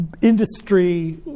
industry